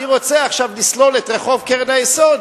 אני רוצה עכשיו לסלול את רחוב קרן היסוד,